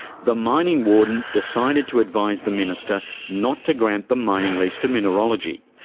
the mining warden decided to advise the minister not to grant the mining lease to mineralogy.